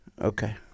Okay